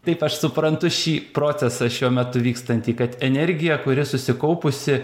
taip aš suprantu šį procesą šiuo metu vykstantį kad energija kuri susikaupusi